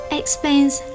explains